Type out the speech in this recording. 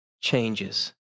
changes